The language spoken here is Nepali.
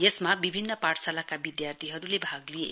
यसमा विभिन्न पाठशालाका विधार्थीहरुले भाग लिए